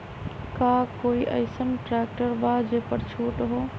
का कोइ अईसन ट्रैक्टर बा जे पर छूट हो?